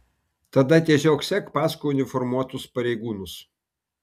tada tiesiog sek paskui uniformuotus pareigūnus